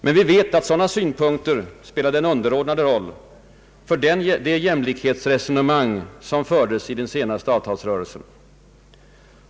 Men vi vet att sådana synpunkter spelade en underordnad roll för de jämlikhetsresonemang som fördes vid den senaste avtalsrörelsen.